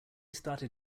started